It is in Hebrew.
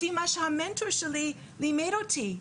לפי מה שהמנטור שלי לימד אותי.